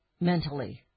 Mentally